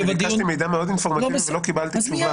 אני ביקשתי מידע מאוד אינפורמטיבי ולא קיבלתי תשובה,